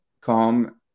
calm